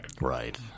Right